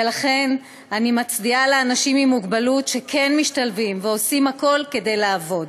ולכן אני מצדיעה לאנשים עם מוגבלות שכן משתלבים ועושים הכול כדי לעבוד.